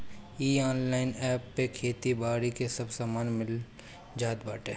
इ online app पे खेती बारी के सब सामान मिल जात बाटे